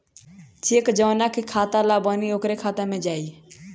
check जौना के खाता ला बनी ओकरे खाता मे जाई